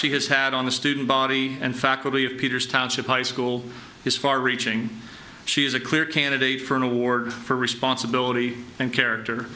she has had on the student body and faculty of peters township high school is far reaching she is a clear candidate for an award for responsibility and character